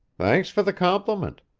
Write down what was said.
thanks for the compliment.